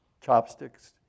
chopsticks